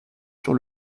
sur